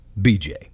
bj